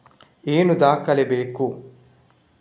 ಏನು ದಾಖಲೆ ಬೇಕು?